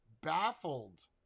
baffled